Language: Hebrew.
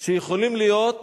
שיכולים להיות,